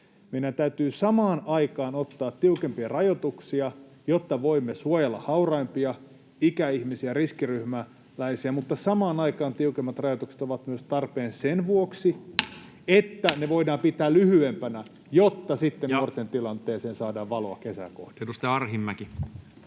Meidän täytyy samaan aikaan ottaa tiukempia rajoituksia, jotta voimme suojella hauraimpia, ikäihmisiä, riskiryhmäläisiä, mutta samaan aikaan tiukemmat rajoitukset ovat tarpeen myös sen vuoksi, että ne voidaan pitää lyhyempinä, jotta sitten nuorten tilanteeseen saadaan valoa kesää kohden. Edustaja Arhinmäki.